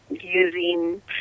using